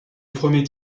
premier